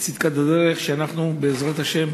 באמונה בצדקת הדרך, שאנחנו, בעזרת השם,